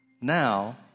Now